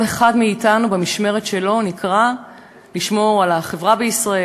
כל אחד מאתנו במשמרת שלו נקרא לשמור על החברה בישראל,